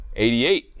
88